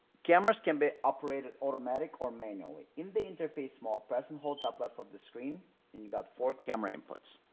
cameras can be operated automatic or manually in the interface mode press and hold top left of the screen and you got four camera inputs.